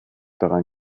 daran